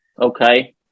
Okay